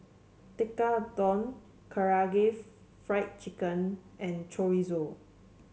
Tekkadon Karaage Fried Chicken and Chorizo